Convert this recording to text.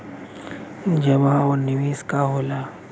जमा और निवेश का होला?